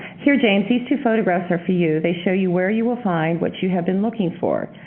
here, james, these two photographs are for you, they show you where you will find what you have been looking for.